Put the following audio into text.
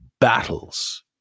battles